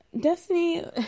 Destiny